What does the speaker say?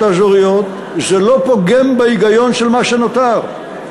האזוריות זה לא פוגם בהיגיון של מה שנותר.